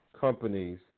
companies